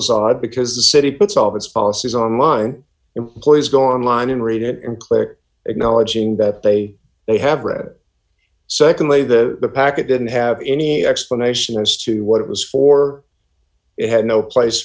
facade because the city puts all of its policies online employees go online and read it and click acknowledging that they may have read secondly the packet didn't have any explanation as to what it was for they had no place